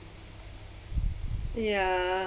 ya~